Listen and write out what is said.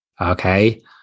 Okay